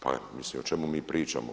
Pa mislim o čemu mi pričamo?